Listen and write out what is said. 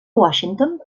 washington